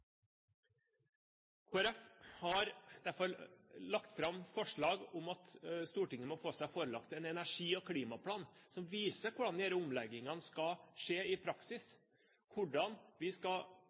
Folkeparti har derfor lagt fram forslag om at Stortinget må få seg forelagt en energi- og klimaplan som viser hvordan disse omleggingene skal skje i praksis, hvordan vi skal